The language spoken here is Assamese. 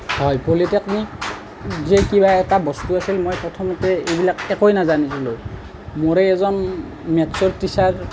হয় পলিটেকনিক যে কিবা এটা বস্তু আছে মই প্ৰথমতে এইবিলাক একোৱেই নাজানিছিলো মোৰেই এজন মেথচৰ টিচাৰ